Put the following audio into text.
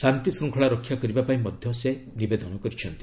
ଶାନ୍ତିଶୃଙ୍ଖଳା ରକ୍ଷା କରିବାପାଇଁ ମଧ୍ୟ ସେ ନିବେଦନ କରିଛନ୍ତି